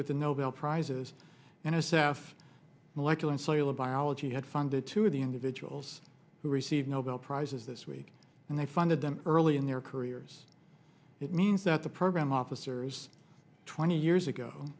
with the nobel prizes and assaf molecular and cellular biology had funded two of the individuals who receive nobel prizes this week and they funded them early in their careers it means that the program officers twenty years ago